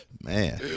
Man